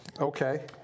Okay